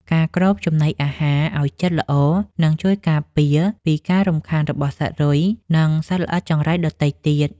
ការគ្របចំណីអាហារឱ្យជិតល្អនឹងជួយការពារពីការរំខានរបស់សត្វរុយ និងសត្វល្អិតចង្រៃដទៃទៀត។